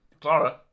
Clara